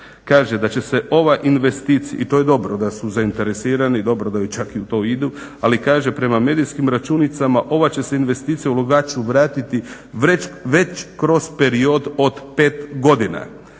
kaže da će se ova investicija, i to je dobro da su zainteresirani, dobro da čak i u to idu, ali kaže prema medijskim računicama ova će se investicija u Lovdaću vratiti, već kroz period od 5 godina.